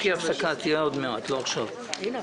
ישבו כאן נציגי מינהל התכנון שהבטיחו לנו